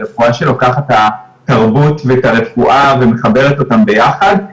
לרפואה שלוקחת את התרבות ואת הרפואה ומחברת אותם ביחד.